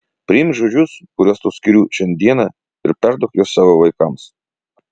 priimk žodžius kuriuos tau skiriu šiandieną ir perduok juos savo vaikams